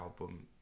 album